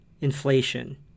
inflation